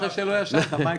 ערן,